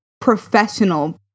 professional